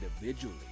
individually